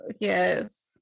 yes